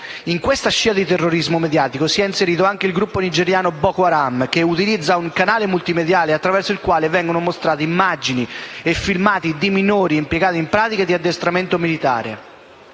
In questa scia di terrorismo mediatico, si è inserito anche il gruppo nigeriano Boko Haram, che utilizza un canale multimediale attraverso il quale vengono mostrati immagini e filmati di minori impiegati in pratiche di addestramento militare.